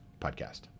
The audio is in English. podcast